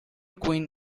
queen